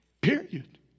Period